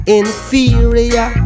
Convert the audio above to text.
inferior